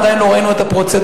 עדיין לא ראינו את הפרוצדורה,